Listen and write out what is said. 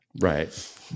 Right